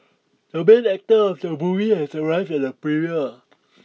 the main actor of the movie has arrived at the premiere